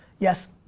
yes.